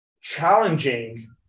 challenging